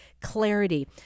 clarity